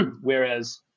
Whereas